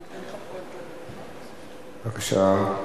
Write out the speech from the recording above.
בבקשה.